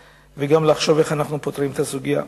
וגם לחשוב איך אנחנו פותרים את הסוגיה.